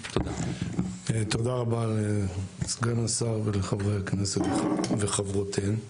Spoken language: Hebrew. תודה רבה לסגן השר ולחברי הכנסת וחברותיה.